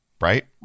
right